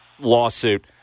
Lawsuit